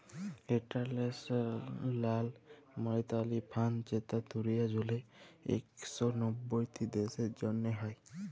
ইলটারল্যাশ লাল মালিটারি ফাল্ড যেট দুলিয়া জুইড়ে ইক শ নব্বইট দ্যাশের জ্যনহে হ্যয়